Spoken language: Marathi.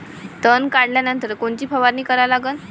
तन काढल्यानंतर कोनची फवारणी करा लागन?